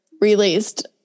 released